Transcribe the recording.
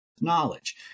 knowledge